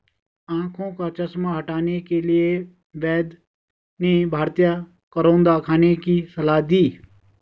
आंखों का चश्मा हटाने के लिए वैद्य ने भारतीय करौंदा खाने की सलाह दी